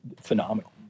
phenomenal